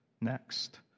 next